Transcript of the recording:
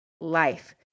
life